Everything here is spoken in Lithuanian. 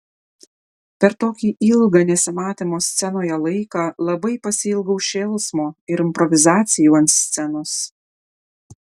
per tokį ilgą nesimatymo scenoje laiką labai pasiilgau šėlsmo ir improvizacijų ant scenos